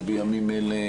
שבימים אלה,